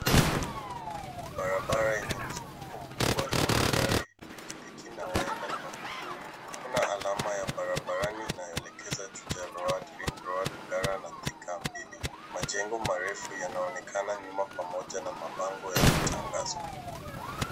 Barabara yenye mzunguko mkubwa ina magari, pikipiki na waenda kwa miguu. Kuna alama ya barabarani inayoelekeza Juja road, ring road, Ngara na Thika. Majengo marefu yanaonekana nyuma pamoja na mabango ya matangazo.